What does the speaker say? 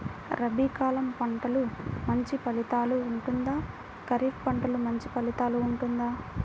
రబీ కాలం పంటలు మంచి ఫలితాలు ఉంటుందా? ఖరీఫ్ పంటలు మంచి ఫలితాలు ఉంటుందా?